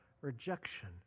rejection